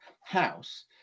house